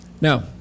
Now